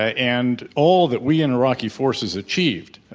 ah and all that we and iraqi forces achieved,